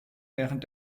während